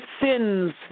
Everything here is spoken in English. sins